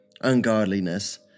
ungodliness